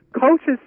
Coaches